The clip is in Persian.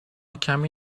کمی